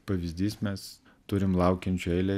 pavyzdys mes turim laukiančių eilę